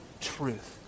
truth